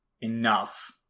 enough